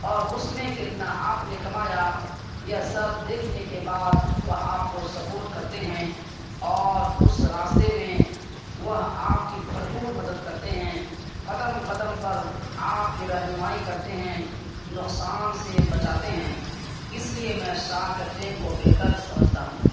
اور اس میں آپ نے کتنا کمایا یہ سب دیکھنے کے بعد وہ آپ کو سپورٹ کرتے ہیں اور اس راستے میں وہ آپ کی بھر پور مدد کرتے ہیں قدم قدم پر آپ کی رہنمائی کرتے ہیں نقصان سے بچاتے ہیں اس لیے میں شارک ٹینک کو بہتر سمجھتا ہوں